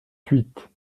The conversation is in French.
huit